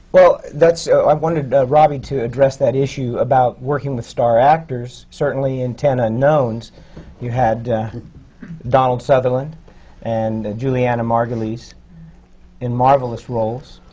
well, so i wanted robby to address that issue about working with star actors. certainly, in ten unknowns you had donald sutherland and juliana margulies in marvelous roles.